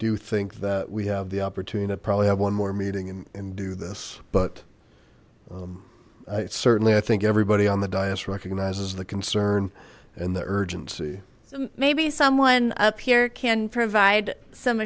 do think that we have the opportunity that probably have one more meeting and do this but i certainly i think everybody on the diocese the concern and the urgency may be someone up here can provide some